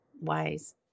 ways